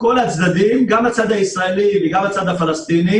בכל הצדדים, גם הצד הישראלי וגם הצד הפלסטיני,